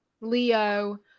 leo